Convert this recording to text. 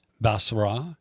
basra